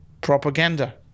propaganda